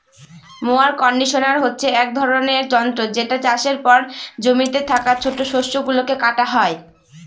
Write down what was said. mower conditioner হচ্ছে এক ধরনের যন্ত্র যেটা চাষের পর জমিতে থাকা ছোট শস্য গুলোকে কাটা হয়